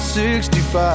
65